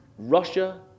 Russia